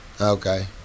Okay